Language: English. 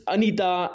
Anita